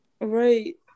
right